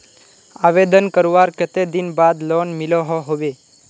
आवेदन करवार कते दिन बाद लोन मिलोहो होबे?